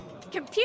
Computer